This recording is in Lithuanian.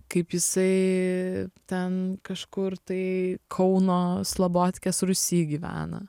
kaip jisai ten kažkur tai kauno slabotkės rūsy gyvena